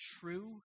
true